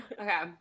Okay